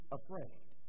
afraid